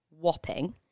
whopping